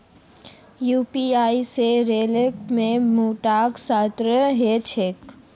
UPI स rail ticket भुक्तान सस्ता ह छेक